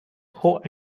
court